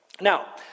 Now